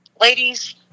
ladies